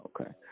okay